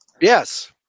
Yes